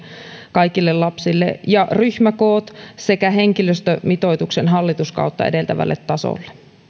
kaikille lapsille ja ryhmäkoot sekä henkilöstömitoituksen hallituskautta edeltävälle tasolle